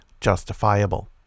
justifiable